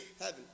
Heaven